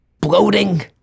Bloating